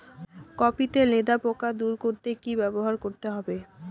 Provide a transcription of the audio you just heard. Copy তে লেদা পোকা দূর করতে কি ব্যবহার করতে হবে?